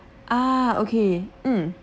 ah okay mm